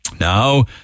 Now